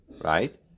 right